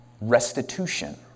restitution